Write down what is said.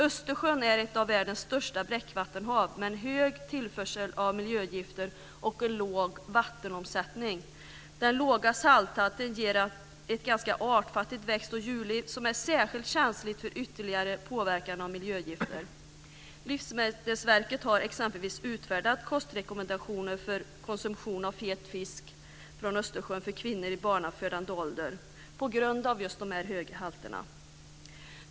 Östersjön är ett av världens största bräckvattenhav med en hög tillförsel av miljögifter och en låg vattenomsättning. Den låga salthalten ger ett ganska artfattigt växt och djurliv som är särskilt känsligt för ytterligare påverkan av miljögifter. Livsmedelsverket har exempelvis utfärdat kostrekommendationer för konsumtion av fet fisk från Östersjön för kvinnor i barnafödande ålder på grund av de höga halterna.